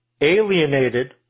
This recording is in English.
alienated